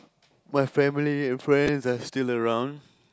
my family and friends are still around